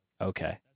Okay